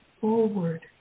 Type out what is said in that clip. forward